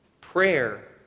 Prayer